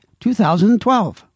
2012